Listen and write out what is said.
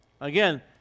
Again